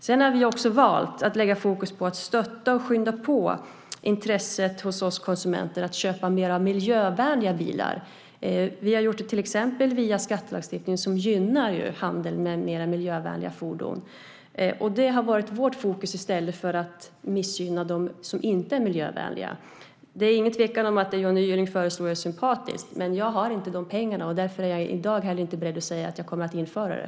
Vi har också valt att ha fokus på att stötta och skynda på intresset hos oss konsumenter för att köpa mer av miljövänliga bilar. Vi har gjort det till exempel via skattelagstiftningen, som gynnar handeln med mer miljövänliga fordon. Det har varit vårt fokus i stället för att missgynna dem som inte är miljövänliga. Det råder ingen tvekan om att det som Johnny Gylling föreslår är sympatiskt. Men jag har inte de pengarna, och därför är jag i dag inte heller beredd att säga att jag kommer att införa det.